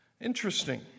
Interesting